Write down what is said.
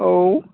औ